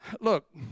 look